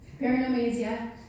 Paranomasia